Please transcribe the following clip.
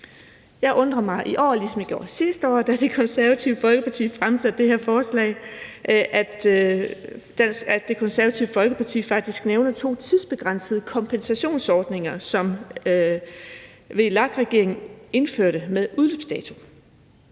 Jeg undrer mig i år, ligesom jeg gjorde sidste år, da Det Konservative Folkeparti fremsatte det her forslag, over, at Det Konservative Folkeparti faktisk nævner to tidsbegrænsede kompensationsordninger, som VLAK-regeringen indførte med udløbsdato.